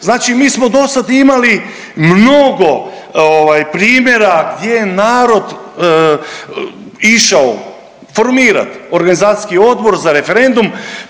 Znači, mi smo do sad imali mnogo primjera gdje je narod išao formirati organizacijski odbor za referendum,